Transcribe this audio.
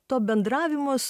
to bendravimas